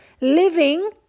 living